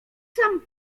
sam